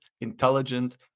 intelligent